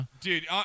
Dude